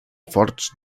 forts